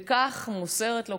וכך מוסרת לו,